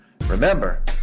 Remember